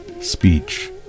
speech